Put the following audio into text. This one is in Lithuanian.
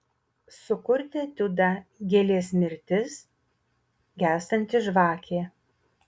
sukurti etiudą gėlės mirtis gęstanti žvakė